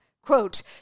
Quote